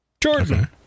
Jordan